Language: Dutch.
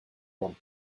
kwam